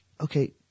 okay